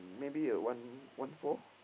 maybe a one one four